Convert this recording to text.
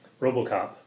Robocop